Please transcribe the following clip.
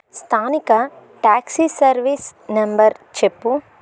స్థానిక taxi service number చెప్పుము